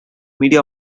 media